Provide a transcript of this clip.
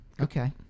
Okay